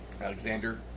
Alexander